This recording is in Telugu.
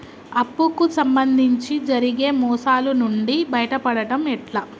అప్పు కు సంబంధించి జరిగే మోసాలు నుండి బయటపడడం ఎట్లా?